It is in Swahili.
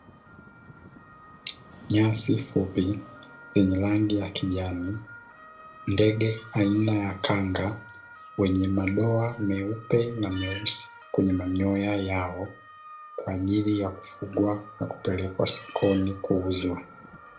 Nyasi fupi zenye rangi ya kijani, ndege aina ya kanga wenye madoa meupe na meusi kwenye manyoya yao, kwa ajili ya kufugwa na kupelekwa sokoni kuuzwa.